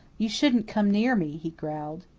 you shouldn't come near me, he growled.